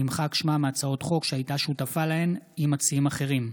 נמחק שמה מהצעות חוק שהייתה שותפה להן עם מציעים אחרים.